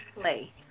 play